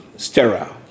sterile